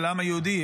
של העם היהודי,